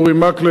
אורי מקלב,